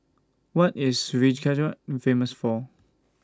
What IS Reykjavik Famous For